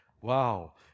Wow